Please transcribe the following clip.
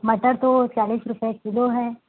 मटर तो चालीस रुपये किलो है